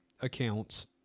accounts